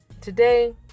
Today